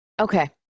Okay